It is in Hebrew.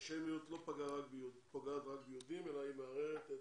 האנטישמיות לא פגעה רק ביהודים אלא היא מערערת את